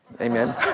amen